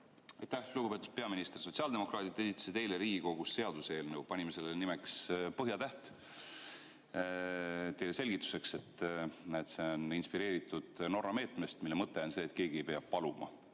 Aitäh, lugupeetud peaminister! Sotsiaaldemokraadid esitasid eile Riigikogus seaduseelnõu, panime sellele nimeks Põhjatäht. Teile selgituseks: see on inspireeritud Norra meetmest, mille mõte on see, et keegi ei pea paluma.